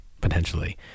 potentially